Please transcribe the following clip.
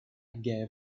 gave